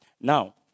now